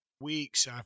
weeks